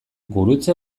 gurutze